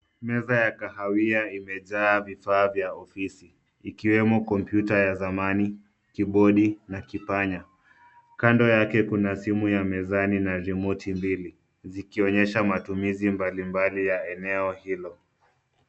Meza ya kahawia imejaa vifaa vya ofisi, ikiwemo kompyuta ya zamani, kibodi na kipanya. Kando yake kuna simu ya mezani na rimoti mbili zikionyesha matumizi mbalimbali ya eneo hilo.